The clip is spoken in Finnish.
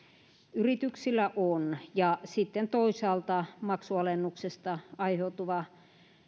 yrityksillä on sitten toisaalta maksunalennuksesta aiheutuva